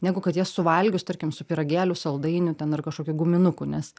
negu kad jas suvalgius tarkim su pyragėliu saldainiu ten ar kažkokiu guminuku nes